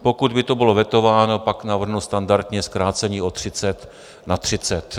Pokud by to bylo vetováno, pak navrhnu standardně zkrácení o 30 na 30.